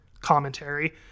commentary